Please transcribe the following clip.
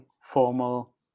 formal